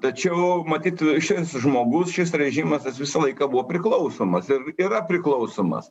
tačiau matyt šis žmogus šis režimas jis visą laiką buvo priklausomas ir yra priklausomas